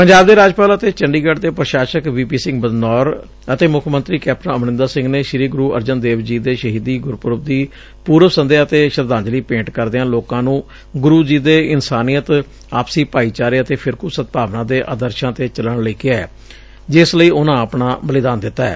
ਪੰਜਾਬ ਦੇ ਰਾਜਪਾਲ ਅਤੇ ਚੰਡੀਗੜ ਦੇ ਪ੍ਰਸ਼ਾਸਕ ਵੀ ਪੀ ਸਿੰਘ ਬਦਨੌਰ ਅਤੇ ਮੁੱਖ ਮੰਤਰੀ ਕੈਪਟਨ ਅਮਰਿੰਦਰ ਸਿੰਘ ਨੇ ਸ੍ਰੀ ਗੁਰੁ ਅਰਜਨ ਦੇਵ ਜੀ ਦੇ ਸ਼ਹੀਦੀ ਗੁਰਪੁਰਬ ਦੀ ਪੁਰਵ ਸੰਧਿਆ ਤੇ ਸ਼ਰਧਾਂਜਲੀ ਭੇਂਟ ਕਰਦਿਆਂ ਲੋਕਾਂ ਨੂੰ ਗੁਰੁ ਜੀ ਦੇ ਇਕਧਾਨੀਅਤ ਆਪਸੀ ਭਾਈਚਾਰੇ ਅਤੇ ਫਿਰਕੁ ਸਦਭਾਵਨਾ ਦੇ ਆਦਰਸਾਂ ਤੇ ਚੱਲਣ ਲਈ ਕਿਹੈ ਜਿਸ ਲਈ ਉਨੂਾ ਆਪਣਾ ਬਲੀਦਾਨ ਦਿੱਤੈ